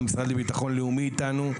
המשרד לביטחון לאומי איתנו,